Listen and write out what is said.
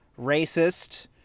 racist